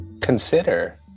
consider